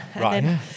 Right